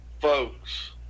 folks